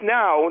now